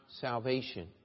salvation